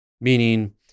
meaning